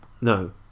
No